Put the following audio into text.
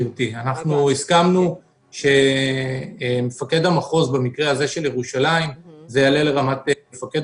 הסכמנו שבמקרה של ירושלים זה יעלה לרמה של מפקד